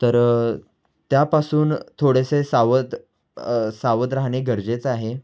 तर त्यापासून थोडेसे सावध सावध राहणे गरजेचं आहे